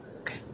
Okay